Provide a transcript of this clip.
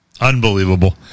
Unbelievable